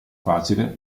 facile